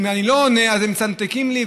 אם אני לא עונה אז הם מצנתקים לי,